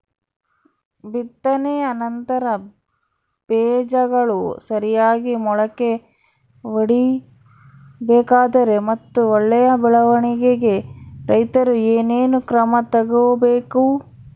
ಬಿತ್ತನೆಯ ನಂತರ ಬೇಜಗಳು ಸರಿಯಾಗಿ ಮೊಳಕೆ ಒಡಿಬೇಕಾದರೆ ಮತ್ತು ಒಳ್ಳೆಯ ಬೆಳವಣಿಗೆಗೆ ರೈತರು ಏನೇನು ಕ್ರಮ ತಗೋಬೇಕು?